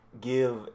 give